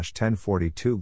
1042